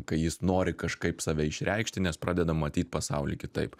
kai jis nori kažkaip save išreikšti nes pradeda matyt pasaulį kitaip